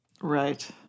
Right